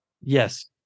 Yes